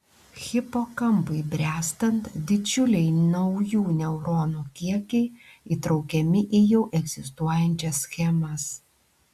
hipokampui bręstant didžiuliai naujų neuronų kiekiai įtraukiami į jau egzistuojančias schemas